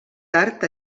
tard